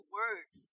words